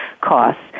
costs